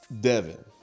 Devin